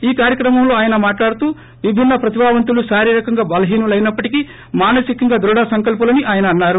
ఈ కార్యక్రమంలో ఆయన మాట్లాడుతూ విభిన్న ప్రతిభావంతులు శారీరికంగా బలహీనులైనప్పటికీ మానసికంగా ద్రుడ సంకల్సులని ఆయన అన్నారు